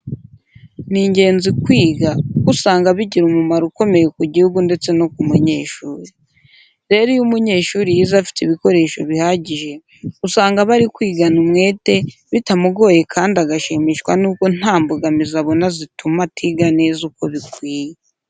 Ni ingenzi kwiga kuko usaga bigira umumaro ukomeye ku gihugu ndetse no ku munyeshuri. Rero, iyo umunyeshuri yize afite ibikoresho bihagije, usanga aba ari kwigana umwete, bitamugoye kandi agashimishwa nuko nta mbogamizi abona zituma atiga neza uko bikwiye.